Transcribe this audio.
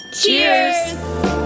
Cheers